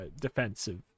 defensive